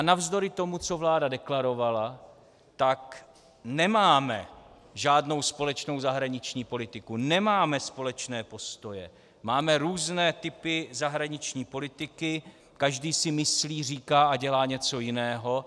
Navzdory tomu, co vláda deklarovala, tak nemáme žádnou společnou zahraniční politiku, nemáme společné postoje, máme různé typy zahraniční politiky, každý si myslí, říká a dělá něco jiného.